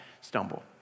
stumble